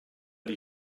die